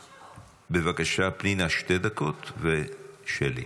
בבקשה, פנינה, שתי דקות, ושלי,